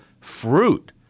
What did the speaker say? fruit